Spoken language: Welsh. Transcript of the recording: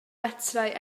metrau